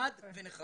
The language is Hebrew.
חד ונחרץ.